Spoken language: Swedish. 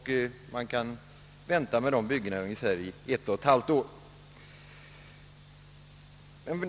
Man kan vänta med sådana byggen i ungefär ett och ett halvt år.